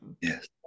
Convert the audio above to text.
yes